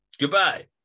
Goodbye